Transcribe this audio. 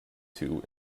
two